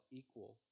equal